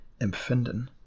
empfinden